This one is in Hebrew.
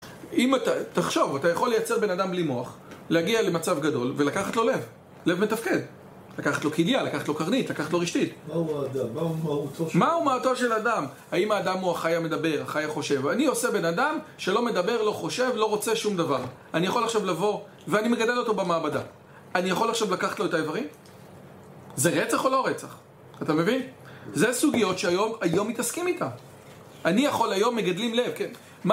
אם אתה, תחשוב, אתה יכול לייצר בן אדם בלי מוח, להגיע למצב גדול, ולקחת לו לב, לב מתפקד. לקחת לו כליה, לקחת לו קרנית, לקחת לו רשתית. מהו מהותו של אדם? האם האדם הוא החי המדבר, החי החושב? אני עושה בן אדם שלא מדבר, לא חושב, לא רוצה שום דבר. אני יכול עכשיו לבוא, ואני מגדל אותו במעבדה. אני יכול עכשיו לקחת לו את האיברים? זה רצח או לא רצח? אתה מבין? זה סוגיות שהיום, היום מתעסקים איתם. אני יכול היום מגדלים לב.